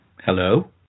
Hello